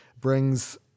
brings